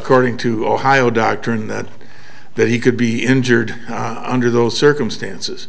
according to ohio doctrine that that he could be injured i under those circumstances